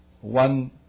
one